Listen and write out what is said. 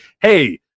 hey